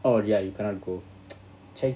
oh ya you cannot go ச்ச:chchai